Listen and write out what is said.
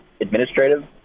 administrative